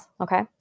okay